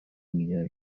بیدار